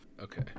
Okay